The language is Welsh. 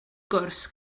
gwrs